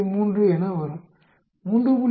3 என வரும் 3